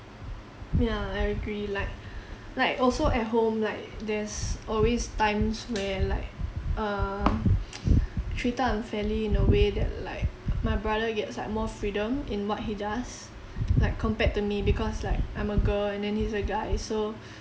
ya I agree like like also at home like there's always times where like err treated unfairly in a way that like my brother gets like more freedom in what he does like compared to me because like I'm a girl and then he's a guy so